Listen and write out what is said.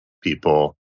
people